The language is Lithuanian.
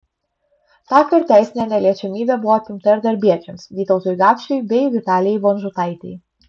tąkart teisinė neliečiamybė buvo atimta ir darbiečiams vytautui gapšiui bei vitalijai vonžutaitei